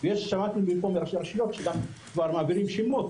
שמעתי מראשי רשויות שכבר מעבירים שמות,